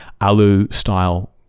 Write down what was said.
Alu-style